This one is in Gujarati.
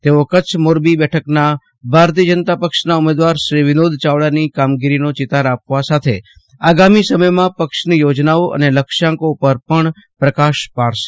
તેઓ કચ્છ મોરબી બેઠકના ભાજપના ઉમેદવાર શ્રી વિનોદ ચાવડાની કામગીરીનો ચિતાર આપવા સાથે આગામી સમયમાં પક્ષની યોજનાઓ સને લક્ષ્યાંકો પર પણ પ્રકાશ પાડશે